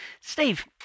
Steve